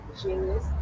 genius